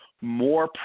more